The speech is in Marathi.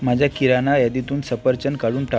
माझ्या किराणा यादीतून सफरचंद काढून टाक